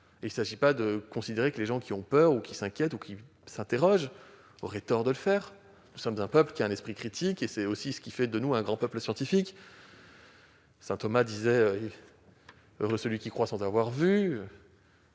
le vaccin ou de considérer que ceux qui ont peur, qui s'inquiètent ou qui s'interrogent auraient tort de le faire. Nous sommes un peuple doté d'un esprit critique, et c'est aussi ce qui fait de nous un grand peuple scientifique. Saint Thomas disait :« Heureux ceux qui croient sans avoir vu ».